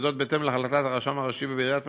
וזאת בהתאם להחלטת הרשם הראשי בעיריית פתח-תקווה,